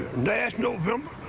last november,